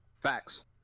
Facts